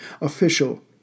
official